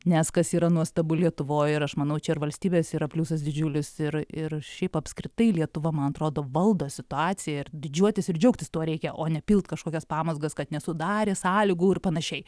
nes kas yra nuostabu lietuvoj ir aš manau čia ir valstybės yra pliusas didžiulis ir ir šiaip apskritai lietuva man atrodo valdo situaciją ir didžiuotis ir džiaugtis tuo reikia o ne pilt kažkokias pamazgas kad nesudarė sąlygų ir panašiai